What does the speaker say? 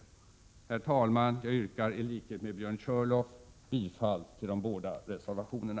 Herr talman! Jag yrkar i likhet med Björn Körlof bifall till de båda reservationerna.